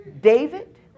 David